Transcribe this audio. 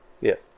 Yes